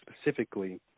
specifically